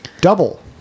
Double